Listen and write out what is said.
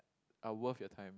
are worth your time